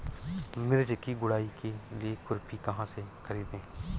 मिर्च की गुड़ाई के लिए खुरपी कहाँ से ख़रीदे?